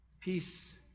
Peace